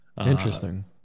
interesting